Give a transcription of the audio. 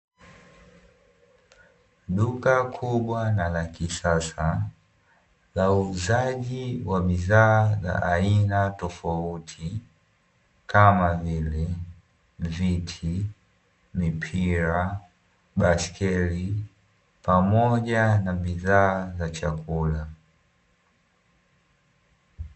Duka kubwa na la kisasa la uuzaji wa bidhaa za aina tofauti kama vile viti, mipira , baiskeli, pamoja na bidhaa za chakula .